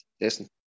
Listen